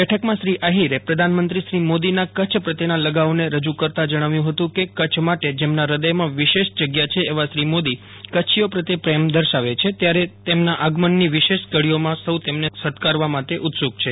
બેઠકમાં શ્રી આહિરે પ્રધાનમંત્રી શ્રી મોદીના કચ્છ પ્રત્યેના લગાવને રજુ કરતાં જણાવ્યું હતું કે કચ્છ માટે જેમના હદથમાં વિશેષ જગ્યા છે એવા શ્રી મોદી કચ્છીઓ પ્રત્યે પ્રેમ દર્શાવે છે ત્યારે એમના આગમનની વિશેષ ઘડીઓમાં સૌ તેમને સત્કારવા ઉત્સુક છે